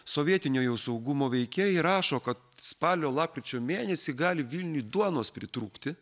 sovietinio jau saugumo veikėjai rašo kad spalio lapkričio mėnesį gali vilniuj duonos pritrūkti